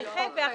נכה,